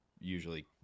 Usually